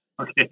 Okay